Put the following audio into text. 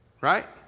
Right